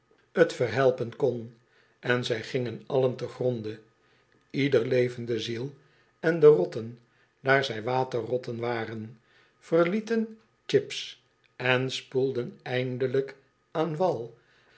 t verhelpen kon en zij gingen allen te gronde ieder levende ziel en de rotten daar zij waterrotten waren verlieten chips en spoelden eindelijk aan wal